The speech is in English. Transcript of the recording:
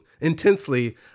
intensely